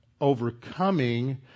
overcoming